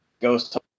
ghost